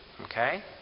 Okay